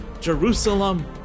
Jerusalem